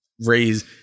raise